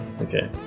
okay